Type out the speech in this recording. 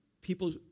people